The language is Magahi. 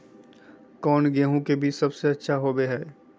कौन गेंहू के बीज सबेसे अच्छा होबो हाय?